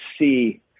see